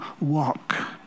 walk